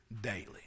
daily